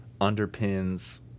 underpins